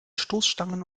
stoßstangen